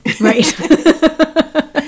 Right